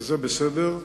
וזה בסדר.